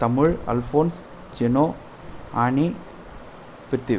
Tamil Alphons Juno Annie Prithvi